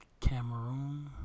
Cameroon